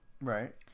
Right